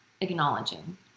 acknowledging